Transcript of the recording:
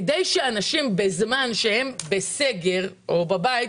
כדי שאנשים בזמן שהם בסגר או בבית,